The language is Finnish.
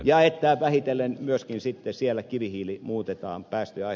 ja vähitellen myöskin sitten siellä kivihiili muutetaan päästöjä